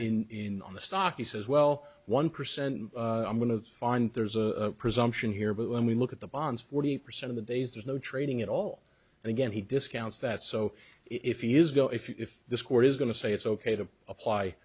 volume in on the stock he says well one percent i'm going to find there's a presumption here but when we look at the bonds forty percent of the days there's no training at all and again he discounts that so if you use know if this court is going to say it's ok to apply